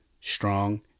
strong